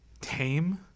tame